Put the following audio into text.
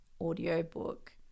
audiobook